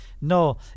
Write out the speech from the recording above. No